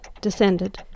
descended